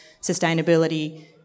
sustainability